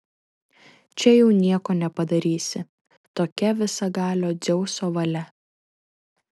čia jau nieko nepadarysi tokia visagalio dzeuso valia